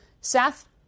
Seth